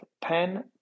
pen